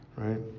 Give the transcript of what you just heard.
Right